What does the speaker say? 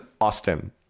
Austin